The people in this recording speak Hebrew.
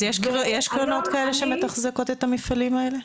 אז יש קרנות כאלה שמתחזקות את המפעלים האלה?